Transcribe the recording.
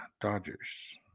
Dodgers